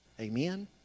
Amen